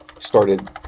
started